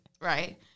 Right